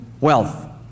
Wealth